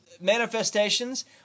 manifestations